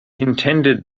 intended